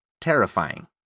terrifying